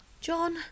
John